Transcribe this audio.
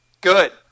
Good